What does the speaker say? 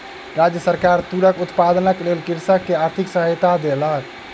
राज्य सरकार तूरक उत्पादनक लेल कृषक के आर्थिक सहायता देलक